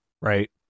Right